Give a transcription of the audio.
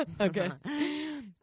Okay